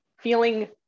feeling